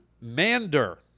Mander